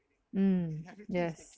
um yes